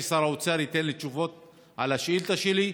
שר האוצר ייתן תשובות על השאילתה שלי,